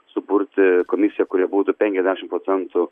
suburti komisiją kurioj būtų penkiasdešim procentų